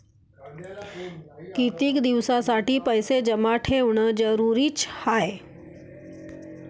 कितीक दिसासाठी पैसे जमा ठेवणं जरुरीच हाय?